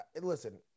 listen